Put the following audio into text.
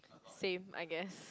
same I guess